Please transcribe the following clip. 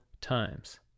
times